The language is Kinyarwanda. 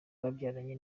yabyaranye